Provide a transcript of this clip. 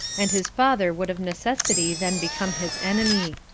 and his father would of necessity then become his enemy.